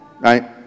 right